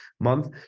month